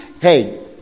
Hey